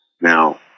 Now